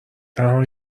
تنها